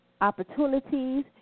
opportunities